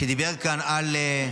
שדיבר כאן על,